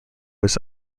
was